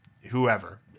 whoever